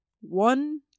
one